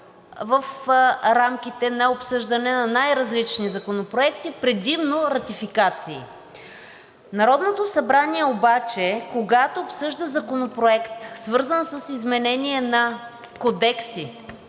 в рамките на обсъждане на най-различни законопроекти, предимно ратификации. Народното събрание, когато обсъжда законопроект, свързан с изменение на кодекси,